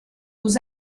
aux